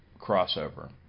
crossover